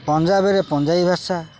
ପଞ୍ଜାବରେ ପଞ୍ଜାବୀ ଭାଷା